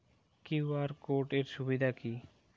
QR code এর সুবিধা কি?